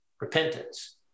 Repentance